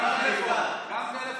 גם טלפון.